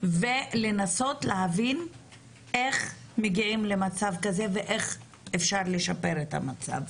ולנסות להבין איך מגיעים למצב כזה ואיך אפשר לשפר את המצב.